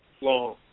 long